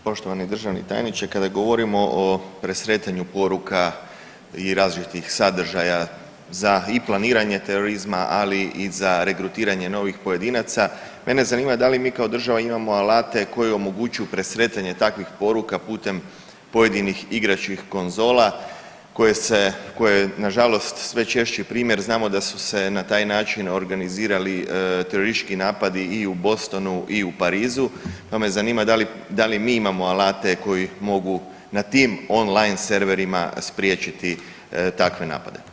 Poštovani državni tajniče, kada govorimo o presretanju poruka i razvoju tih sadržaja za i planiranje terorizma, ali i za regrutiranje novih pojedinaca, mene zanima da li mi kao država imamo alate koji omogućuju presretanje takvih poruka putem pojedinih igračkih konzola koje se, koje nažalost sve češću je primjer, znamo da su se na taj način organizirali teroristički napadi i u Bostonu i u Parizu pa me zanima da li mi imamo alate koji mogu na tim online serverima spriječiti takve napade?